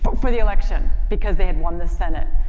but for the election because they had won the senate.